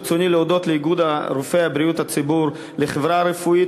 ברצוני להודות לאיגוד רופאי בריאות הציבור ולחברה הרפואית